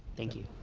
thank you.